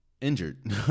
injured